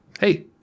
Hey